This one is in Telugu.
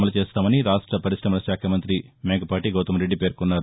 అమలు చేస్తామని రాష్ట్ర పరిశమలశాఖ మంతి మేకపాటి గౌతమ్రెడ్డి పేర్కొన్నారు